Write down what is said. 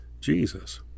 Jesus